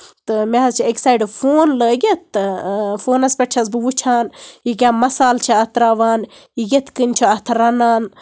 تہٕ مےٚ حظ چھُ اَکہِ سایڈٕ فون لٲگِتھ تہٕ فونَس پٮ۪ٹھ چھَس بہٕ وٕچھان یہِ کیاہ مَسالہٕ چھِ اَتھ تراوان یِتھ کَنۍ چھُ اَتھ رَنان